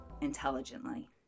intelligently